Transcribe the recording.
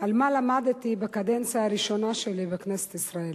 על מה שלמדתי בקדנציה הראשונה שלי בכנסת ישראל.